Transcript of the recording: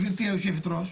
גברתי היושבת-ראש,